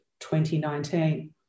2019